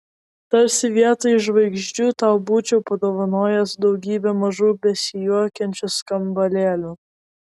tarsi vietoj žvaigždžių tau būčiau padovanojęs daugybę mažų besijuokiančių skambalėlių